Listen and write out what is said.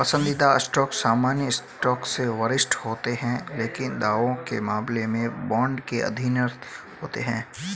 पसंदीदा स्टॉक सामान्य स्टॉक से वरिष्ठ होते हैं लेकिन दावों के मामले में बॉन्ड के अधीनस्थ होते हैं